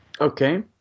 okay